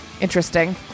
Interesting